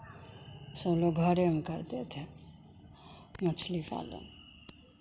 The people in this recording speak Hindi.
सब लोग घरे में करते हैं मछली पालन